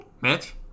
Mitch